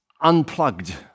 unplugged